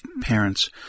parents